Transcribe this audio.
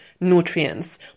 nutrients